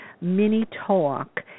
mini-talk